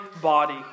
body